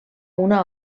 una